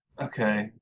Okay